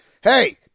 hey